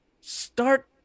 start